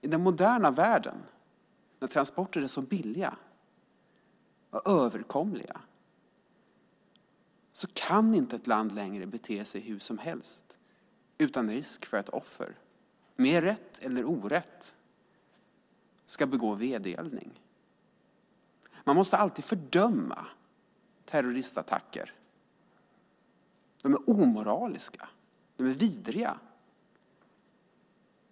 I den moderna världen, där transporter är så billiga och överkomliga, kan inte ett land längre bete sig hur som helst utan risk för att ett offer, med rätt eller orätt, ska begå vedergällning. Man måste alltid fördöma terroristattacker. De är omoraliska. De är vidriga.